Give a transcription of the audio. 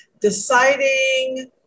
deciding